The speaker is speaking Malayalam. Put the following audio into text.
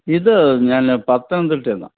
ഇത് ഞാൻ പത്തനംതിട്ടേന്നാണ്